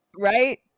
right